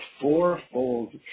fourfold